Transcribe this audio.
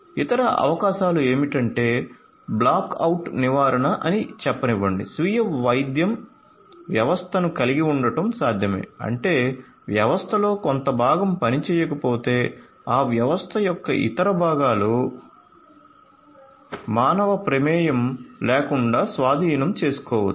ఇతర అవకాశాలు ఏమిటంటే బ్లాక్ అవుట్ నివారణ అని చెప్పనివ్వండి స్వీయ వైద్యం వ్యవస్థను కలిగి ఉండటం సాధ్యమే అంటే వ్యవస్థలో కొంత భాగం పనిచేయకపోతే ఆ వ్యవస్థ యొక్క ఇతర భాగాలు మానవ ప్రమేయం లేకుండా స్వాధీనం చేసుకోవచ్చు